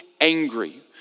angry